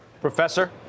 Professor